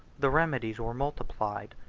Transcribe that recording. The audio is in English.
the remedies were multiplied.